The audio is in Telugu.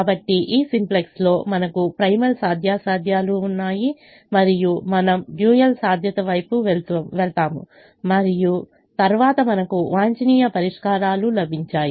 కాబట్టి ఈ సింప్లెక్స్లో మనకు ప్రైమల్ సాధ్యాసాధ్యాలు ఉన్నాయి మరియు మనము డ్యూయల్ సాధ్యత వైపు వెళ్తాము మరియు తరువాత మనకు వాంఛనీయ పరిష్కారాలు లభించాయి